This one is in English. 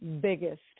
biggest